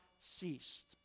ceased